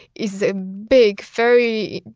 is a big, very,